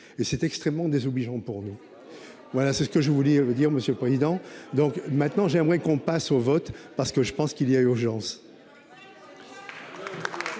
et c'est extrêmement désobligeants pour nous. Voilà c'est ce que je voulais dire Monsieur le Président. Donc maintenant j'aimerais qu'on passe au vote parce que je pense qu'il y a urgence.